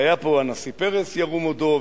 והיה פה הנשיא פרס ירום הודו,